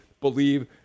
believe